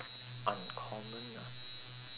uncommon ah